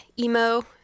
emo